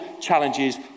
challenges